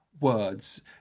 words